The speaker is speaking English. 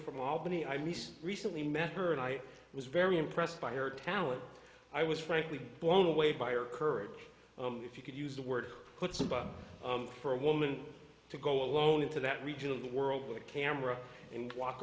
from albany i missed recently met her and i was very impressed by her talent i was frankly blown away by her courage if you could use the word for a woman to go alone into that region of the world with a camera and walk